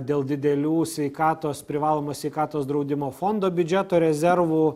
dėl didelių sveikatos privalomo sveikatos draudimo fondo biudžeto rezervų